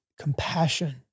compassion